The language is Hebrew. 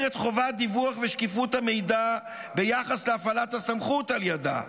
את חובת דיווח ושקיפות המידע ביחס להפעלת הסמכות על ידה.